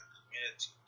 community